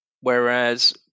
Whereas